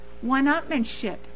One-upmanship